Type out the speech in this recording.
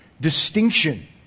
distinction